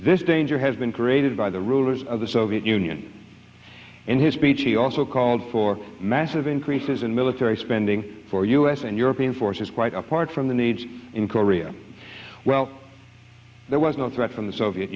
this danger has been created by the rulers of the soviet union in his speech he also called for massive increases in military spending for u s and european forces quite apart from the need in korea well there was no threat from the soviet